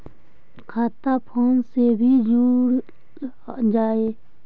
खाता फोन से भी खुल जाहै?